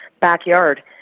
backyard